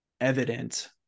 evident